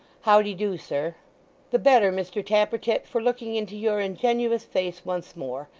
how de do, sir the better, mr tappertit, for looking into your ingenuous face once more.